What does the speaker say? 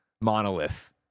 Monolith